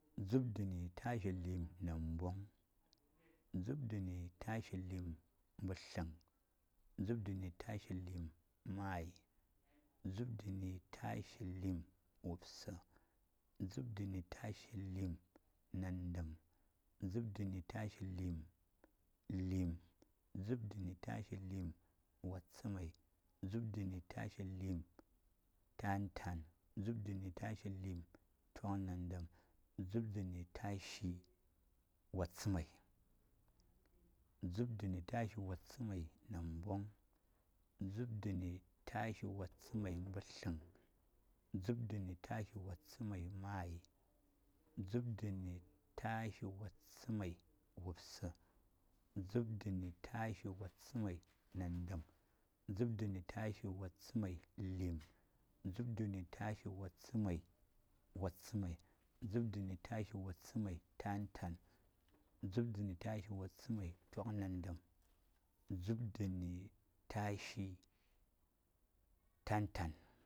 ﻿Dzub dani tashi liim nanbong, dzub dani tashi liim mɓatlam dzub dani tashi mayi dzub dani tashi liim wubsa, dzub dani tashi liim, nandam, dzub dani tashi liim liim, dzub dani tashi liim watsamai dzub dani dani tashi liim tantan, dzub dani tashi liim toknandam dzub dani tashi watsamai. Dzub dani tashi watsamai nanbong dzub dani tashi watsamai mɓatlam, dzub dani tashi watsamai mayi, dzub dani tashi watsamai wubsa, dzub dani tashi watsamai nandam, dzub dani tashi watsamai liim, dzub dani tashi watsamai watsamai dzub dani tashi watsamai tantan, dzub dani tashi watsamai toknandam, dzub dani tashi tantan.